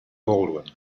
baldwin